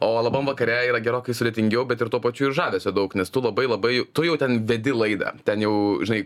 o labam vakare yra gerokai sudėtingiau bet ir tuo pačiu ir žavesio daug nes tu labai labai tu jau ten vedi laidą ten jau žinai